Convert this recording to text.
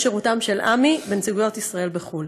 שירותם של עמ"י בנציגויות ישראל בחו"ל.